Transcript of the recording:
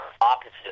opposite